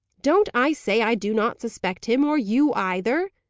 don't i say i do not suspect him, or you either?